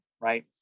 right